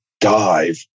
dive